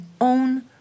own